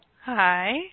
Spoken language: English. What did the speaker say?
Hi